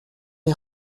les